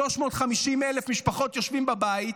350,000 משפחות יושבות בבית,